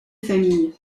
famille